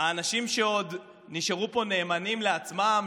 האנשים שעוד נשארו פה נאמנים לעצמם,